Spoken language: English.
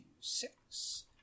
six